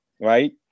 right